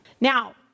now